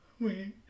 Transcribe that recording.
wait